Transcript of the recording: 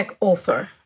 offer